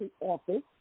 office